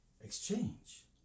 exchange